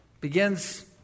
Begins